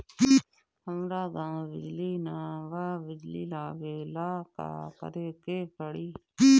हमरा गॉव बिजली न बा बिजली लाबे ला का करे के पड़ी?